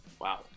Wow